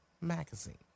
magazine